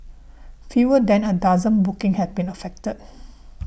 fewer than a dozen bookings have been affected